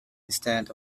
instead